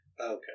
Okay